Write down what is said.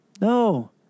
No